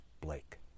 Blake